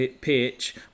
pitch